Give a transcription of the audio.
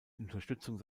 unterstützung